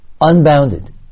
unbounded